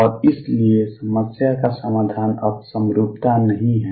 और इसलिए समस्या का समाधान अब समरूपता नहीं है